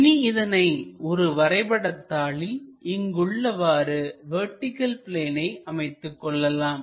இனி இதனை ஒரு வரைபட தாளில் இங்கு உள்ளவாறு வெர்டிகள் பிளேனை அமைத்துக்கொள்ளலாம்